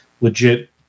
legit